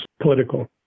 political